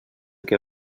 que